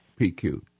PQ